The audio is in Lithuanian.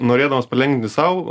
norėdamas palengvinti sau